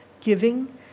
Giving